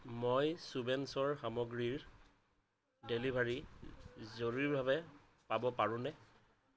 মই সুবেন্সৰ সামগ্ৰীৰ ডেলিভাৰী জৰুৰীভাৱে পাব পাৰোনে